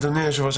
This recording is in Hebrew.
אדוני היושב-ראש,